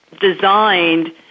designed